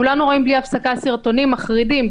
כולנו רואים בלי הפסקה סרטונים מחרידים,